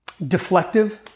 deflective